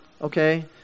okay